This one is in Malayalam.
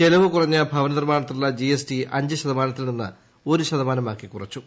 ചെലവ് കുറ്റുഞ്ഞ ഭ്വനനിർമ്മാണത്തിനുള്ള ജി എസ് ടി അഞ്ചു ശതമാനത്തിൽ നിന്ന് ഒരു ശതമാനമാക്കി കുറച്ചു